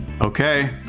Okay